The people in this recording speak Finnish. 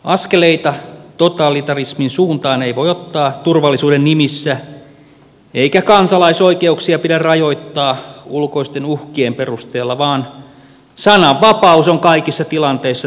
askeleita totalitarismin suuntaan ei voi ottaa turvallisuuden nimissä eikä kansalaisoikeuksia pidä rajoittaa ulkoisten uhkien perusteella vaan sananvapaus on kaikissa tilanteissa turvattava